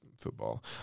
football